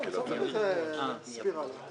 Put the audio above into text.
היה כאן סיכום בישיבה.